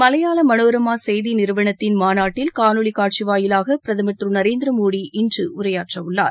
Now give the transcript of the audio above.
மலையாள மனோரம்மா செய்தி நிறுவனத்தின் மாநாட்டில் காணொலி காட்சி வாயிலாக பிரதமா திரு நரேந்திர மோடி இன்று உரையாற்ற உள்ளார்